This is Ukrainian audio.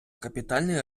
капітальний